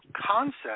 concept